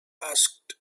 asked